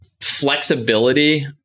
flexibility